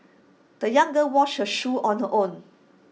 the young girl washed her shoes on her own